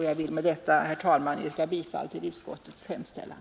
Jag vill med detta, herr talman, yrka bifall till utskottets hemställan.